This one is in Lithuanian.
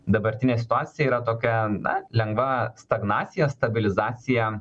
dabartinė situacija yra tokia na lengva stagnacija stabilizacija